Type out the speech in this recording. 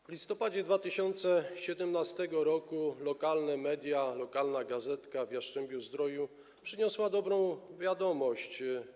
W listopadzie 2017 r. lokalne media, lokalna gazetka w Jastrzębiu-Zdroju przyniosła dobrą wiadomość.